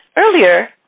Earlier